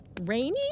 Rainy